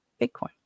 Bitcoin